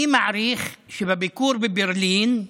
אני מעריך שבביקור בברלין,